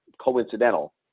coincidental